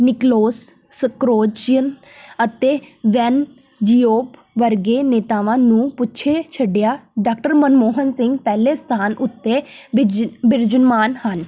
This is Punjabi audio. ਨਿਕਲੋਜ ਸਕਰੋਲਜੀਅਨ ਅਤੇ ਵੈਨ ਜੀਓ ਵਰਗੇ ਨੇਤਾਵਾਂ ਨੂੰ ਪਿੱਛੇ ਛੱਡਿਆ ਡਾਕਟਰ ਮਨਮੋਹਨ ਸਿੰਘ ਪਹਿਲੇ ਸਥਾਨ ਉੱਤੇ ਬਿਜੁ ਬਿਰਾਜਨਮਾਨ ਹਨ